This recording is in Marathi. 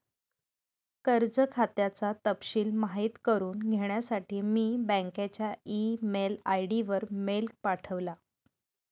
कर्ज खात्याचा तपशिल माहित करुन घेण्यासाठी मी बँकच्या ई मेल आय.डी वर मेल पाठवला